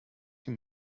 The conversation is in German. die